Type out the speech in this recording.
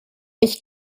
ich